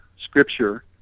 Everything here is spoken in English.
Scripture